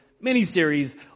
mini-series